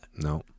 No